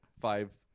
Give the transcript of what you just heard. five